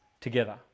together